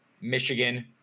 Michigan